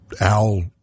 Al